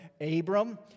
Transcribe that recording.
Abram